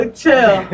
chill